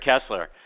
Kessler